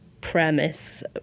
premise